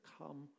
come